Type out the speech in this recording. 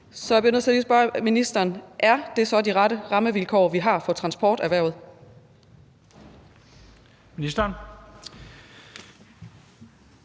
Er det så de rette rammevilkår, vi har for transporterhvervet?